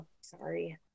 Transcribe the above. Sorry